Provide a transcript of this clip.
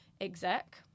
exec